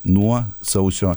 nuo sausio